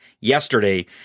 yesterday